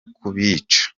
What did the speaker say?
kubica